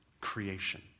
creation